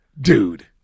dude